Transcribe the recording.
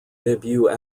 debut